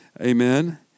Amen